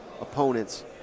opponents